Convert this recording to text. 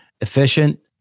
efficient